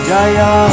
Jaya